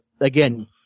again